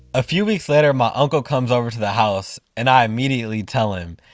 a few weeks later, my uncle comes over to the house and i immediately tell him,